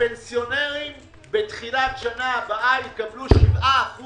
הפנסיונרים בתחילת שנה הבאה יקבלו 7%